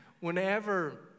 Whenever